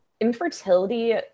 Infertility